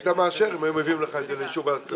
היית מאשר אם היו מביאים לך את זה לאישור ועדת כספים.